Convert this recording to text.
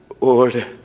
Lord